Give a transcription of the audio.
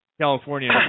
California